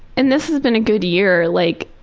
and this has been a good year, like